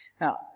Now